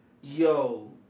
Yo